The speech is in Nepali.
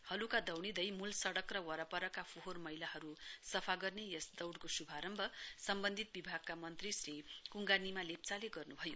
हल्का दैडिने मूल सडकको वरपरका फोहोर मैलाहरू सफा गर्दै यस दौडको श्भारम्भ सम्बन्धित विभागका मन्त्री श्री कुङ्गा निमा लेप्चाले गर्नु भयो